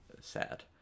Sad